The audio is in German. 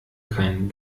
kein